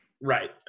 right